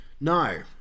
No